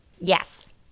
Yes